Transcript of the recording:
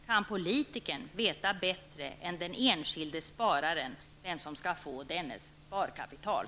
Kan politiker veta bättre än den enskilde spararen vem som skall få dennes sparkapital?